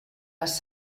les